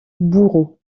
bourreaux